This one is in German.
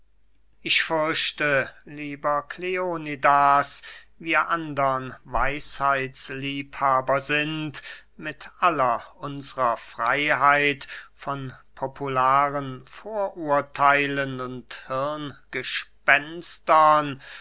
ich fürchte lieber kleonidas wir andern weisheitsliebhaber sind mit aller unsrer freyheit von popularen vorurtheilen und